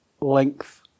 length